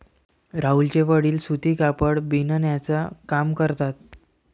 राहुलचे वडील सूती कापड बिनण्याचा काम करतात